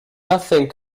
nothing